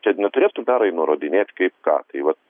čia neturėtų perai nurodinėt kaip ką tai vat